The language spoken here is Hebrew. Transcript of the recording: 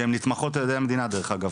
שהן נתמכות על ידי המדינה דרך אגב.